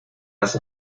las